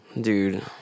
Dude